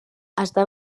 està